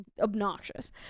obnoxious